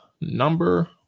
Number